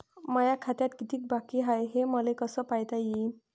माया खात्यात कितीक बाकी हाय, हे मले कस पायता येईन?